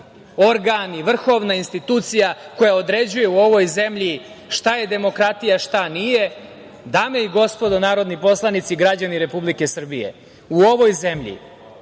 organi, vrhovna institucija koja određuje u ovoj zemlji šta je demokratija, a šta nije. Dame i gospodo narodni poslanici, građani Republike Srbije u ovoj zemlji